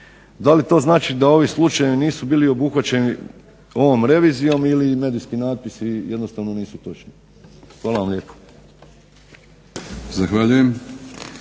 Da li to znači da ovi slučajevi nisu bili obuhvaćeni ovom revizijom ili medijski natpisi nisu jednostavno točni. Hvala vam lijepo.